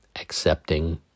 accepting